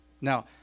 Now